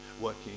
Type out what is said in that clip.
working